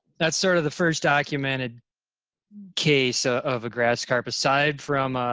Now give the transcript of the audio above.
that's sort of the first documented case ah of a grass carp aside from